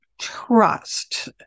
trust